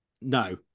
No